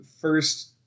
first